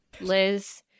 Liz